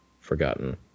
forgotten